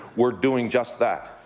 we're doing just that.